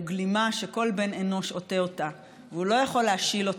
הן גלימה שכל בן אנוש עוטה אותה והוא לא יכול להשיל אותה,